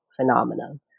phenomenon